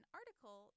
article